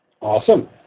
Awesome